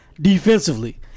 defensively